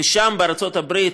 ושם בארצות הברית,